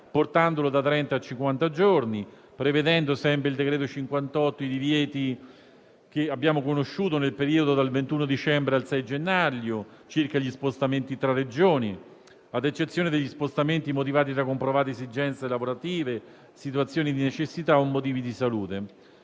portandolo da trenta a cinquanta giorni e prevedendo i divieti che abbiamo conosciuto nel periodo dal 21 dicembre al 6 gennaio circa gli spostamenti tra Regioni, ad eccezione degli spostamenti motivati da comprovate esigenze lavorative, situazioni di necessità o motivi di salute.